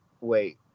wait